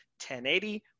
1080